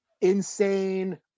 insane